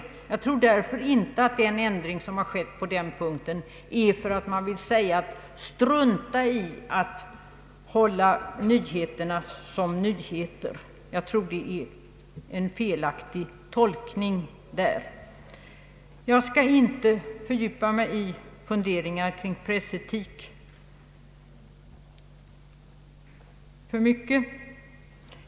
Det är därför inte någon ändring som skett på denna punkt, så att man säger: ”Strunta i att hålla nyheterna som nyheter!” — Det är en felaktig tolkning av reglerna. Jag skall inte fördjupa mig i funderingar kring pressetiken alltför mycket.